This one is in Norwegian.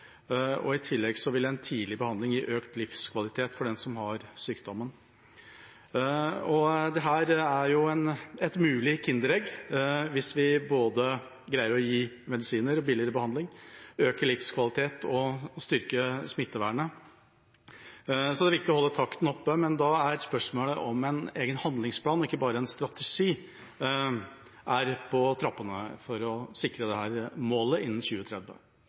og i tillegg vil en tidlig behandling gi økt livskvalitet for dem som har sykdommen. Dette er et mulig Kinder-egg – hvis vi både greier å gi medisiner og billigere behandling, øke livskvaliteten og styrke smittevernet. Så det er viktig å holde takten oppe. Men da er spørsmålet om en egen handlingsplan, ikke bare en strategi, er på trappene for å sikre dette målet innen 2030.